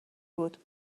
بود